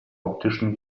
optischen